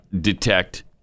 detect